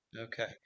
okay